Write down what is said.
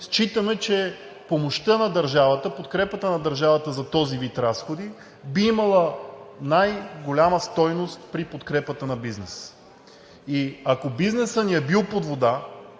Считаме, че помощта на държавата, подкрепата на държавата за този вид разходи би имала най-голяма стойност при подкрепата на бизнеса. Ако бизнесът ни е бил под вода